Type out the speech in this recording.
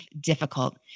difficult